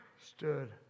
Stood